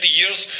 years